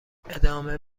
ادامه